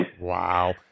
Wow